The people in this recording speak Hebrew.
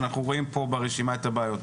אנחנו רואים פה ברשימה את הבעיות,